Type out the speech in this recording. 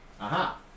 aha